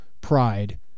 pride